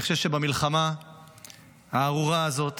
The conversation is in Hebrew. אני חושב שבמלחמה הארורה הזאת